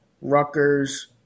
Rutgers